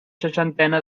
seixantena